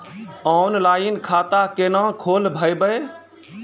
Online खाता केना खोलभैबै?